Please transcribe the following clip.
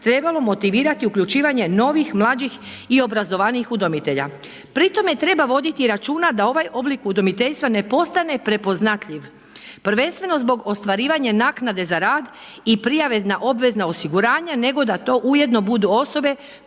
trebalo motivirati novih, mlađih i obrazovanijih udomitelja. Pri tome treba voditi računa da ovaj oblik udomiteljstva ne postane prepoznatljiv prvenstveno zbog ostvarivanja naknade za rad i prijave na obvezna osiguranja nego da to ujedno budu osobe